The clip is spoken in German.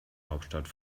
hauptstadt